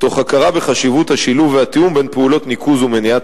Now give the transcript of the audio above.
תוך הכרה בחשיבות השילוב והתיאום בין פעולות ניקוז ומניעת